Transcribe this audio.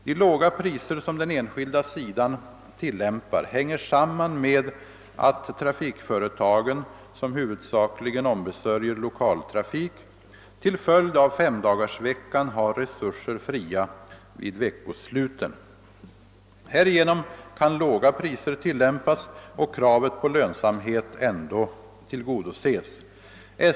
De låga priser som den enskilda sidan tillämpar hänger samman med att trafikföretagen, som huvudsakligen ombesörjer lokaltrafik, till följd av femdagarsveckan har resurser fria vid veckosluten. Härigenom kan låga priser tillämpas och kravet på lönsamhet ändå tillgodoses.